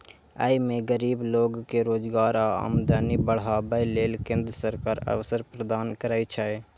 अय मे गरीब लोक कें रोजगार आ आमदनी बढ़ाबै लेल केंद्र सरकार अवसर प्रदान करै छै